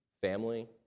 Family